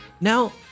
Now